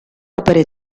opere